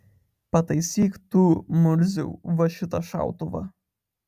pataisyk tu murziau va šitą šautuvą